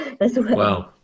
Wow